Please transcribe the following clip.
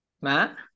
Matt